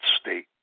state